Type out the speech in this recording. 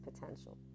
potential